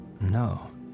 No